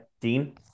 Dean